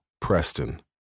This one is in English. Preston